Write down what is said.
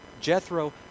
Jethro